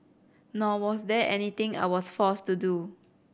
nor was there anything I was forced to do